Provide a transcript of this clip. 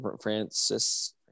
Francis